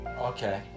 Okay